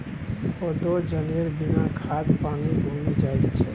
कोदो जनेर बिना खाद पानिक उगि जाएत छै